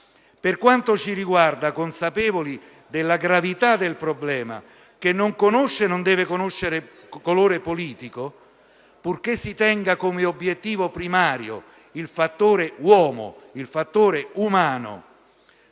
Per quanto ci riguarda, siamo consapevoli della gravità del problema, che non conosce e non deve conoscere colore politico, purché si tenga come obiettivo primario il fattore uomo, il fattore umano.